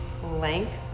length